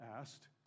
asked